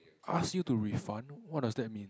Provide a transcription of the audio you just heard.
ask you to refund what does that mean